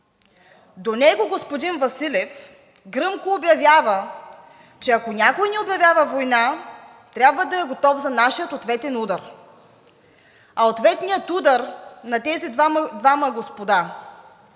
До него господин Василев гръмко обяви, че ако някой ни обяви война, трябва да е готов за нашия ответен удар. А ответният удар на тези двама господа е